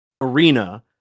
Arena